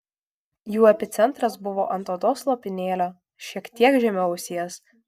jų epicentras buvo ant odos lopinėlio šiek tiek žemiau ausies